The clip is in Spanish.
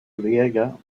griega